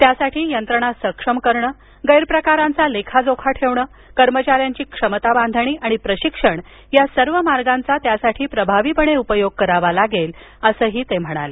त्यासाठी यंत्रणा सक्षम करण गैरप्रकारांचा लेखाजोखा ठेवणं कर्मचा यांची क्षमता बांधणी आणि प्रशिक्षण या सर्व मार्गांचा त्यासाठी प्रभावीपणे उपयोग करावा लागेल असं ही ते म्हणाले